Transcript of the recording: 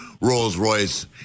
Rolls-Royce